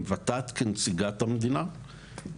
עם ות"ת כנציגת המדינה.